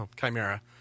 Chimera